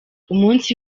umunsi